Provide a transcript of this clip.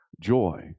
Joy